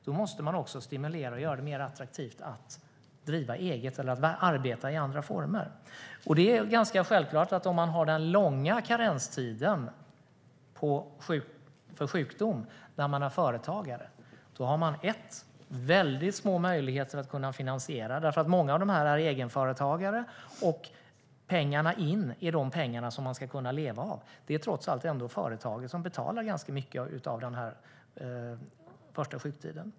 Det är ganska självklart att om man som företagare har den långa karenstiden vid sjukdom har man väldigt små möjligheter att finansiera det, därför att för många företagare är pengarna som kommer in de pengar som man ska kunna leva av. Det är trots allt företaget som betalar ganska mycket för den första sjuktiden.